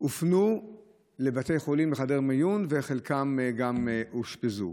הופנו לבתי חולים, לחדרי מיון, וחלקם גם אושפזו.